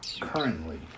Currently